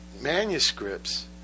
manuscripts